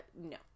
no